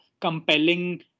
compelling